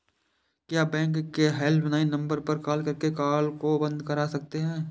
क्या बैंक के helpline number पर कॉल करके कार्ड को बंद करा सकते हैं?